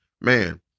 Man